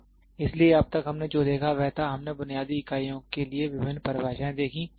इसलिए अब तक हमने जो देखा वह था हमने बुनियादी इकाइयों के लिए विभिन्न परिभाषाएं देखीं